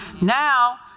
Now